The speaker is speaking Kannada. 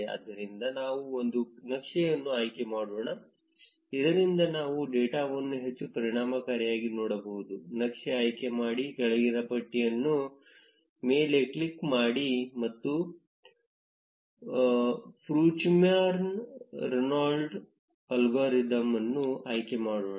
ಆದ್ದರಿಂದ ನಾವು ಒಂದು ನಕ್ಷೆಯನ್ನು ಆಯ್ಕೆ ಮಾಡೋಣ ಇದರಿಂದ ನಾವು ಡೇಟಾವನ್ನು ಹೆಚ್ಚು ಪರಿಣಾಮಕಾರಿಯಾಗಿ ನೋಡಬಹುದು ನಕ್ಷೆ ಆಯ್ಕೆಮಾಡಿ ಕೆಳಗಿನ ಪಟ್ಟಿಯನ್ನು ಮೇಲೆ ಕ್ಲಿಕ್ ಮಾಡಿ ಮತ್ತು ಫ್ರೂಚರ್ಮ್ಯಾನ್ ರೆನ್ಗೋಲ್ಡ್ ಅಲ್ಗಾರಿದಮ್ ಅನ್ನು ಆಯ್ಕೆ ಮಾಡುತ್ತೇವೆ